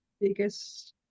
biggest